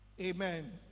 Amen